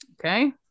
Okay